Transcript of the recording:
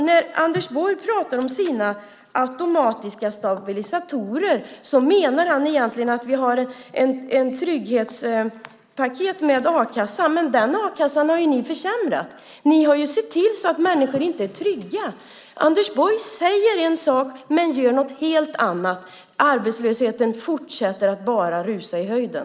När Anders Borg pratar om automatiska stabilisatorer menar han egentligen att vi har ett trygghetspaket med a-kassa. Men den a-kassan har ni ju försämrat. Ni har sett till att människor inte är trygga. Anders Borg säger en sak, men gör något helt annat. Arbetslösheten fortsätter att rusa i höjden.